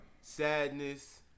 sadness